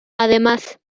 además